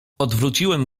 odwróciłem